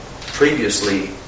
previously